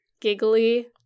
giggly